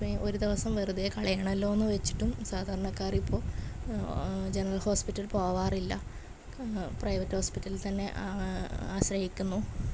ഒരു ദിവസം വെറുതേ കളയണല്ലോന്ന് വെച്ചിട്ടും സാധരണക്കാരിപ്പോൾ ജെനറൽ ഹോസ്പിറ്റൽ പോവാറില്ല പ്രൈവറ്റോസ്പിറ്റൽ തന്നെ ആശ്രയിക്കുന്നു